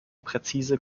präzise